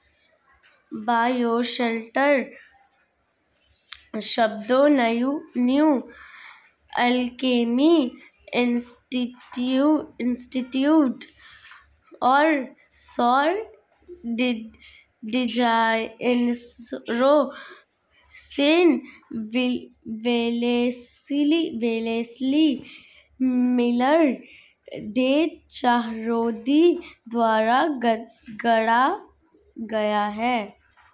bioshelter शब्द New Alchemy Institute और सौर डिजाइनरों Sean Wellesley Miller, Day Chahroudi द्वारा गढ़ा गया था